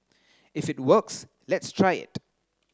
if it works let's try it